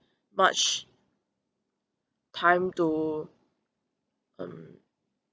much time to um